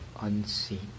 unseen